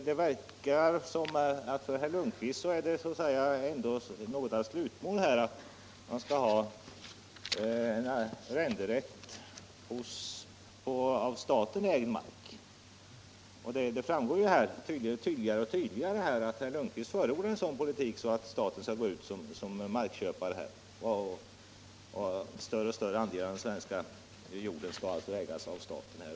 Det verkar som om det för herr Lundkvist ändå är något av ett slutmål att man skall ha en arrenderätt hos av staten ägd mark. Det framgår tydligare och tydligare att herr Lundkvist förordar en sådan politik som innebär att staten skall gå ut som markköpare och att en större och större andel av den svenska jorden skall ägas av staten.